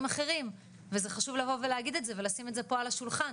אחרים וזה חשוב לבוא ולהגיד את זה ולשים את זה פה על השולחן,